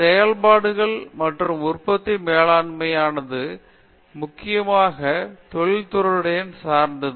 செயல்பாடுகள் மற்றும் உற்பத்தி மேலாண்மையானது முக்கியமாக தொழில் துறையுடன் சார்த்தது